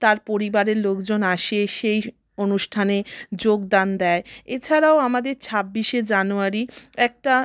তার পরিবারের লোকজন আসে সেই অনুষ্ঠানে যোগদান দেয় এছাড়াও আমাদের ছাব্বিশে জানুয়ারি একটা